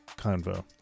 convo